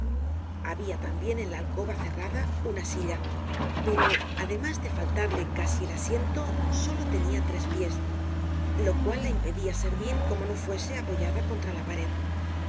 habia tambien en la alcoba cerrada una silla pero además de faltarle casi el asiento solo tenia tres piés lo cual la impedia servir como no fuese apoyada contra la pared